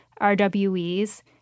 RWE's